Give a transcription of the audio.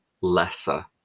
lesser